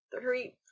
three